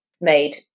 made